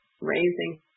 raising